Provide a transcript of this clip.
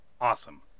awesome